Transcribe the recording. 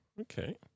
Okay